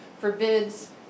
forbids